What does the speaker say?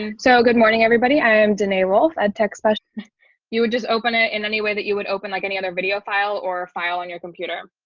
and so good morning, everybody, i am dna wolfe at text, but you would just open it in any way that you would open like any other video file or file on your computer.